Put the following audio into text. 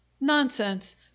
Nonsense